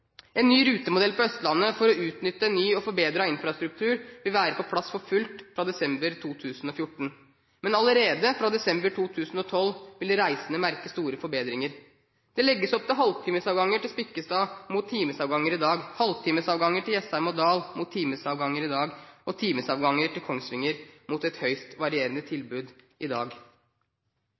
En ny rutemodell på Østlandet for å utnytte ny og forbedret infrastruktur vil være på plass for fullt fra desember 2014. Men allerede fra desember 2012 vil reisende merke store forbedringer. Det legges opp til halvtimesavganger til Spikkestad, mot timesavganger i dag, halvtimesavganger til Jessheim og Dal, mot timesavganger i dag, og timesavganger til Kongsvinger, mot et høyst varierende tilbud i dag.